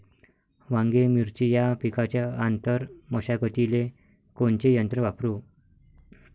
वांगे, मिरची या पिकाच्या आंतर मशागतीले कोनचे यंत्र वापरू?